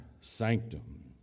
sanctum